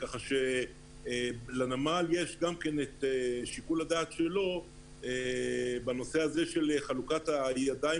ככה שלנמל יש את שיקול הדעת שלו בנושא של חלוקת הידיים